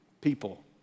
people